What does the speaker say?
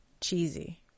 cheesy